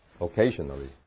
occasionally